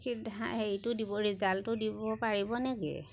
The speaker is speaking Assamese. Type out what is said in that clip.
সিদ্ধান্ত হেৰিটো দিব ৰিজাল্টটো দিব পাৰিব নেকি